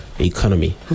Economy